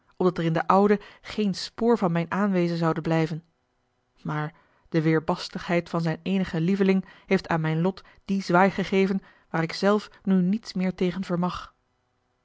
opdat er in de oude geen spoor van mijn aanwezen zoude blijven maar de weêrbarstigheid van zijn eenigen lieveling heeft aan mijn lot dien zwaai gegeven waar ik zelf nu niets meer tegen vermag